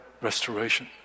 restoration